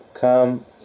come